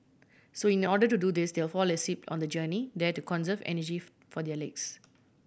so in order to do this they'll fall asleep on the journey there to conserve energy for their legs